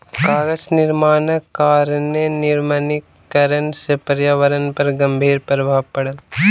कागज निर्माणक कारणेँ निर्वनीकरण से पर्यावरण पर गंभीर प्रभाव पड़ल